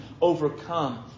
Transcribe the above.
overcome